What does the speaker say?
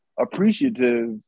appreciative